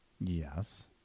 Yes